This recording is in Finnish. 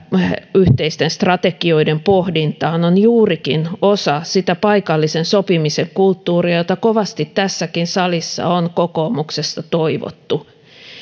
yhteisten strategioiden pohdintaan on juurikin osa sitä paikallisen sopimisen kulttuuria jota kovasti tässäkin salissa on kokoomuksessa toivottu